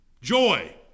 joy